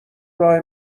راه